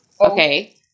Okay